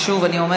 ואני שוב אומרת,